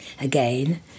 again